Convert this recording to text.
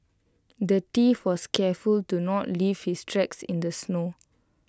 the thief was careful to not leave his tracks in the snow